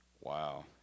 Wow